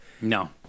no